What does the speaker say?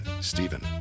Stephen